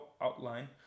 outline